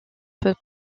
peut